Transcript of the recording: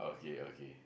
okay okay